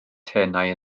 tenau